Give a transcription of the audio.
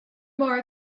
more